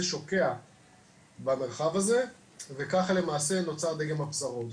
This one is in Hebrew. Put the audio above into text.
שוקע במרחב הזה וככה למעשה נוצר דגם הפזרות.